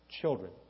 children